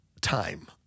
time